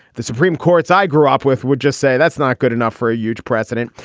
the supreme court's i grew up with would just say that's not good enough for a euge president.